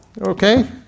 Okay